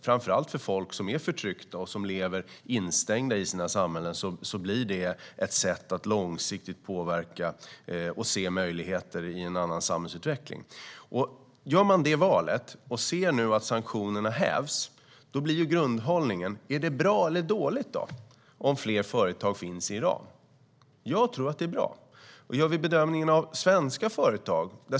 Framför allt för folk som är förtryckta och som lever instängda i sina samhällen blir det ett sätt att långsiktigt påverka och se möjligheter i en annan samhällsutveckling. Gör vi det valet och ser att sanktionerna hävs blir grundhållningen om det är bra eller dåligt att fler företag finns i Iran. Jag tror att det är bra.